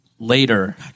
Later